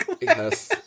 Yes